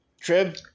Trib